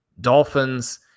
Dolphins